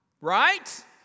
Right